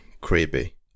creepy